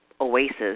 oasis